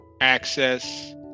access